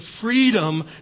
freedom